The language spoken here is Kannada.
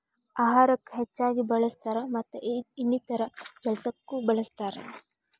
ಅಹಾರಕ್ಕ ಹೆಚ್ಚಾಗಿ ಬಳ್ಸತಾರ ಮತ್ತ ಇನ್ನಿತರೆ ಕೆಲಸಕ್ಕು ಬಳ್ಸತಾರ